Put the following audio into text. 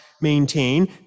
maintain